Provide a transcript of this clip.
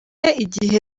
igihe